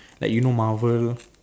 like you know Marvel